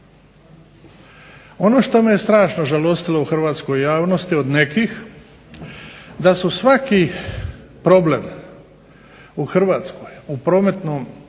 Ono što me strašno žalostilo u Hrvatskoj javnosti od nekih da su svaki problem u Hrvatskoj, u prometnom